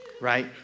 right